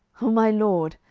oh my lord,